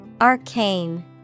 Arcane